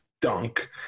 dunk